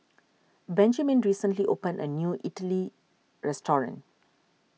Benjiman recently opened a new Idili restaurant